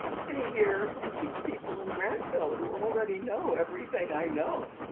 stay here and teach people in granville who already know everything i know.